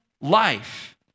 life